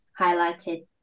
highlighted